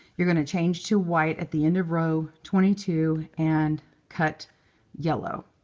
you're going to change to white at the end of row twenty two and cut yellow.